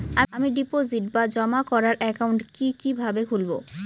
আমি ডিপোজিট বা জমা করার একাউন্ট কি কিভাবে খুলবো?